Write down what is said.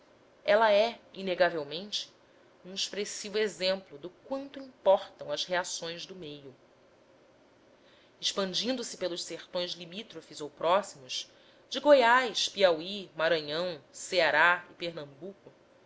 ela é inegavelmente um expressivo exemplo do quanto importam as reações do meio expandindo se pelos sertões limítrofes ou próximos de goiás piauí maranhão ceará e pernambuco